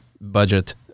budget